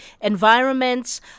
environments